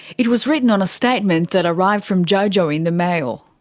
it was written on a statement that arrived from jojo in the mail.